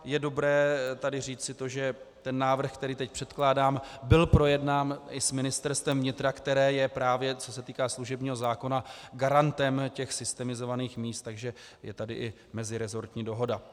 Je dobré tady říci to, že návrh, který teď předkládám, byl projednán i s Ministerstvem vnitra, které je právě, co se týká služebního zákona, garantem systemizovaných míst, takže je tady i meziresortní dohoda.